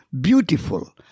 beautiful